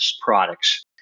products